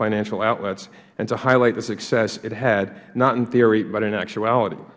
financial outlets and to highlight the success it had not in theory but in actuality